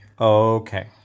Okay